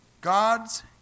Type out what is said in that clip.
God's